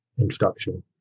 introduction